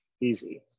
easy